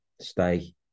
stay